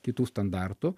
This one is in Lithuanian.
kitų standartų